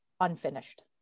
unfinished